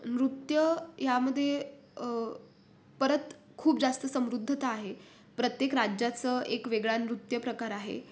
नृत्य यामध्ये परत खूप जास्त समृद्धता आहे प्रत्येक राज्याचं एक वेगळा नृत्यप्रकार आहे